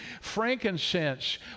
Frankincense